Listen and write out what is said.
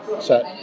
set